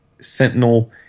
sentinel